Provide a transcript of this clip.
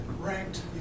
ranked